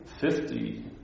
fifty